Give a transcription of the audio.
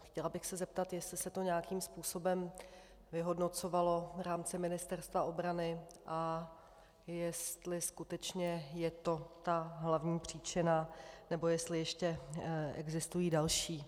Chtěla bych se zeptat, jestli se to nějakým způsobem vyhodnocovalo v rámci Ministerstva obrany a jestli skutečně je to ta hlavní příčina, nebo jestli ještě existují další.